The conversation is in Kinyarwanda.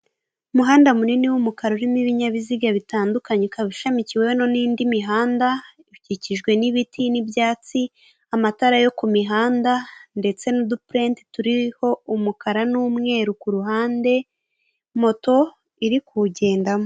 Umuhanda munini w'umukara urimo ibinyabiziga bitandukanye, ukaba ishamikiweho n'indi mihanda, bikikijwe n'ibiti n'ibyatsi amatara yo ku mihanda ndetse n'udupurenti turiho umukara n'umweru ku ruhande, moto iri kuwugendamo.